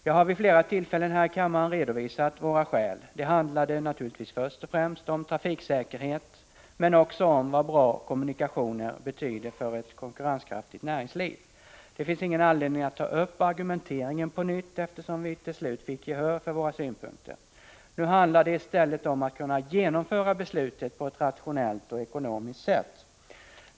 Jag har vid flera tillfällen här i kammaren redovisat våra skäl. Det handlade naturligtvis först och främst om trafiksäkerhet men också om vad bra kommunikationer betyder för ett konkurrenskraftigt näringsliv. Det finns ingen anledning att ta upp argumenteringen på nytt, eftersom vi till slut fick gehör för våra synpunkter. Nu handlar det i stället om att kunna genomföra beslutet på ett rationellt och ekonomiskt sätt.